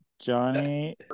johnny